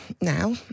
now